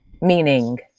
meaning